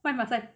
why must I